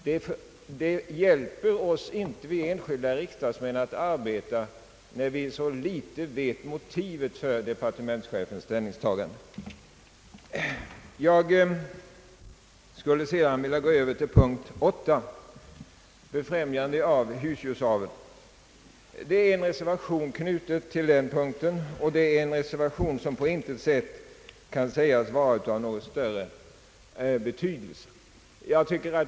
Det blir inte lättare för oss enskilda riksdagsmän att arbeta när vi vet så litet om motivet för departementschefens ställningstagande. Sedan skulle jag vilja gå över till punkt 8, befrämjande av husdjursaveln m, m. Det är en reservation knuten till den punkten, och det är en reservation som på intet sätt kan sägas vara av någon större betydelse.